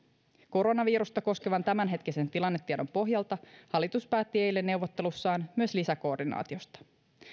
koronavirusta koskevan tämänhetkisen tilannetiedon pohjalta hallitus myös päätti eilen neuvottelussaan lisäkoordinaatiosta